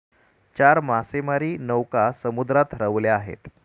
चार मासेमारी नौका समुद्रात हरवल्या आहेत